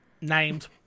named